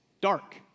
dark